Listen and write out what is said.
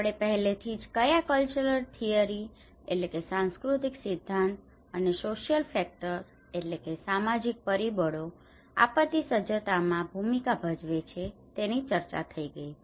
આપણે પહેલેથી જ ક્યા કલ્ચરલ થિયરિ cultural theory સાંસ્કૃતિક સિદ્ધાંત અને સોશિયલ ફેક્ટર્સ social factors સામાજીક પરિબળો આપત્તિ સજ્જતામાં ભૂમિકા ભજવે છે તેની ચર્ચા થઈ ગઈ છે